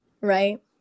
right